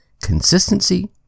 consistency